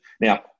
Now